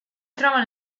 trova